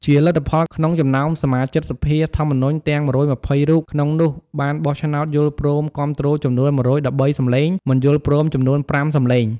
ជាលទ្ធផល ក្នុងចំណោមសមាជិកសភាធម្មនុញ្ញទាំង ១២០រូប ក្នុងនោះបានបោះឆ្នោតយល់ព្រមគាំទ្រចំនួន ១១៣ សំឡេង មិនយល់ព្រមចំនួន ៥ សំឡេង។